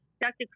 Dr